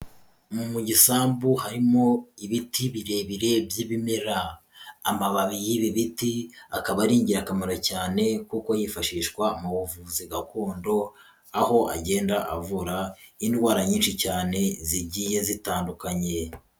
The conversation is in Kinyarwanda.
Mu gisambu harimo ibiti birebire by'ibimera, amababi y'ibi biti akaba ari ingirakamaro cyane kuko yifashishwa mu buvuzi gakondo, aho agenda avura indwara nyinshi cyane zigiye zitandukanye.